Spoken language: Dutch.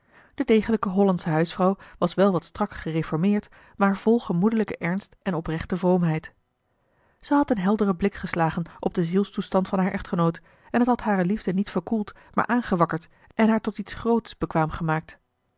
de degelijke hollandsche huisvrouw was wel wat strak geréformeerd maar vol gemoedelijken ernst en oprechte vroomheid zij had een helderen blik geslagen op den zielstoestand van haar echtgenoot en het had hare liefde niet verkoeld maar aangewakkerd en haar tot iets groots bekwaam gemaakt